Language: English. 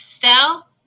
fell